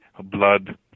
blood